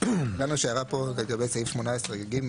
מה שעלה פה לגבי סעיף 18(ג),